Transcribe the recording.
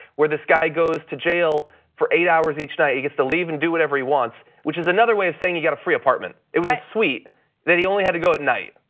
where this guy goes to jail for eight hours each night, he gets to leave and do whatever he wants, which is another way of saying you got a free apartment. right. it was sweet that he only had to go at night.